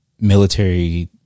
military